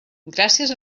gràcies